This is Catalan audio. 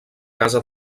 casa